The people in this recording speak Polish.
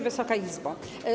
Wysoka Izbo!